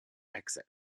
exit